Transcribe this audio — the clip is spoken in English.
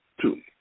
Two